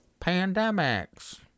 pandemics